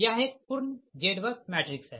यह एक पूर्ण ZBUS मैट्रिक्स है